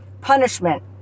punishment